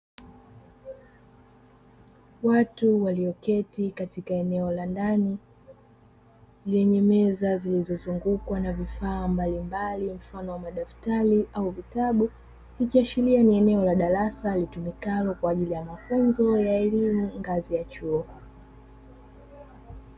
Watu walioketi katika eneo la ndani lenye meza zilizo zungukwa na vifaa mbalimbali mfano wa madaftari au vitabu ikiashiria ni eneo la darasa litumikalo kwajili ya mafunzo ya elimu ngazi ya chuo.